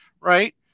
right